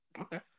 Okay